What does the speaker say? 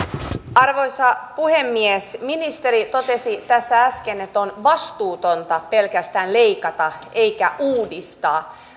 arvoisa puhemies ministeri totesi tässä äsken että on vastuutonta pelkästään leikata eikä uudistaa